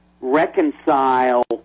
reconcile